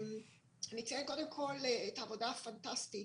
אני אציין קודם כול את העבודה הפנטסטית